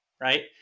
right